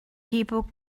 people